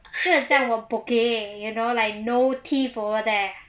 so 我像我 bogeh you know like no teeth over there